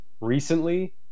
recently